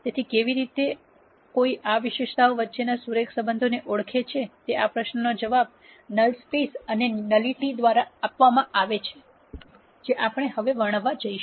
તેથી કેવી રીતે કોઈ આ વિશેષતાઓ વચ્ચેના સુરેખ સંબંધોને ઓળખે છે તે આ પ્રશ્નનો જવાબ નલ સ્પેસ અને ન્યુલીટી દ્વારા આપવામાં આવે છે જે આપણે હવે વર્ણવવા જઈશું